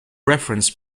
reference